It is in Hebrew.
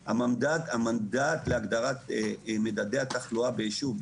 המנדט להגדרת מדדי התחלואה ביישוב,